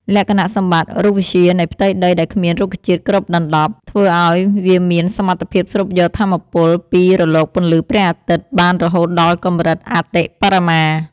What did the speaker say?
លក្ខណៈសម្បត្តិរូបវិទ្យានៃផ្ទៃដីដែលគ្មានរុក្ខជាតិគ្របដណ្ដប់ ធ្វើឱ្យវាមានសមត្ថភាពស្រូបយកថាមពលពីរលកពន្លឺព្រះអាទិត្យបានរហូតដល់កម្រិតអតិបរមា។